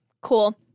Cool